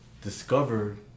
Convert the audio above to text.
discovered